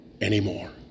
anymore